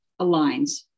aligns